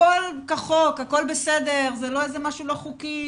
הכול כחוק, הכול בסדר, זה לא איזה משהו לא חוקי.